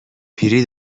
پیری